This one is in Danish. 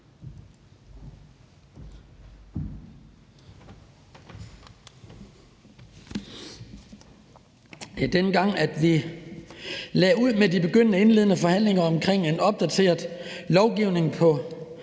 Dengang vi lagde ud med de indledende forhandlinger om en opdateret lovgivning på